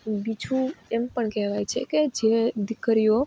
બીજું એમ પણ કહેવાય છે કે જે દીકરીઓ